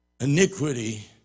Iniquity